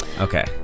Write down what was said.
Okay